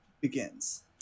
begins